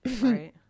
Right